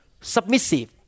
submissive